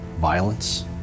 violence